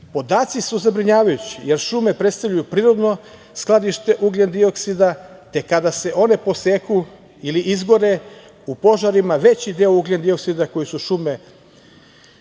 Čilea. Podaci su zabrinjavajući. Jer, šume predstavljaju prirodno skladište ugljendioksida, te kada se one poseku ili izgore u požarima veći deo ugljendioksida koji su šume